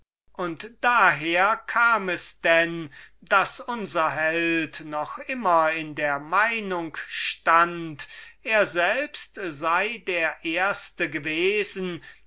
und daher kam es dann daß unser held noch immer in der meinung stund er selbst sei der erste gewesen